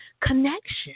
connection